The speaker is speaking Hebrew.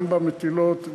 גם במטילות,